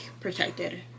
protected